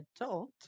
adult